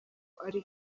ari